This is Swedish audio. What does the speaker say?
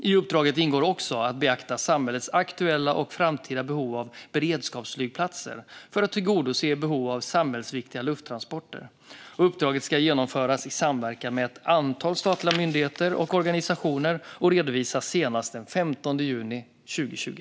I uppdraget ingår också att beakta samhällets aktuella och framtida behov av beredskapsflygplatser för att tillgodose behov av samhällsviktiga lufttransporter. Uppdraget ska genomföras i samverkan med ett antal statliga myndigheter och organisationer och redovisas senast den 15 juni 2020.